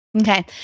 Okay